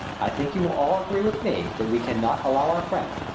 i think you will all agree with me that we cannot allow our friend,